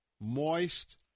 moist